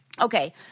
Okay